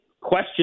question